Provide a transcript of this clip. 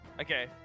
Okay